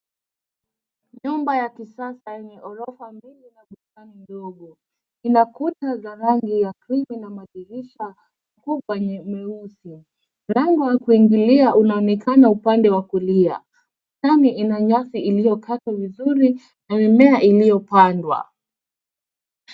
Nyumba ya kisasa yenye ghorofa mbili na bustani ndogo, ina kuta za rangi ya krimu na madirisha kubwa nye, meusi. Mlango wa kuingilia unaonekana upande wa kulia, bustani ina nyasi iliokatwa vizuri, na mimea iliyopandwa.